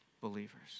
believers